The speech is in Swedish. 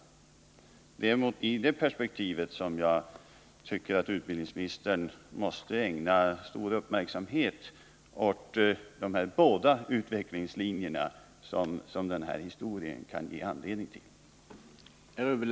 Det är i det perspektivet som jag tycker att utbildningsministern måste ägna stor uppmärksamhet åt båda de utvecklingslinjer som den här historien kan ge anledning till.